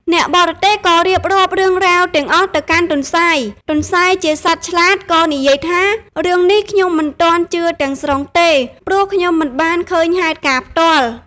អ្នកបរទេះក៏រៀបរាប់រឿងរ៉ាវទាំងអស់ទៅកាន់ទន្សាយ ទន្សាយជាសត្វឆ្លាត ក៏និយាយថា "រឿងនេះខ្ញុំមិនទាន់ជឿទាំងស្រុងទេ ព្រោះខ្ញុំមិនបានឃើញហេតុការណ៍ផ្ទាល់។